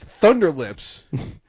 Thunderlips